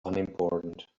unimportant